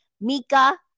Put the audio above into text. Mika